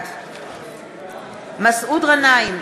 בעד מסעוד גנאים,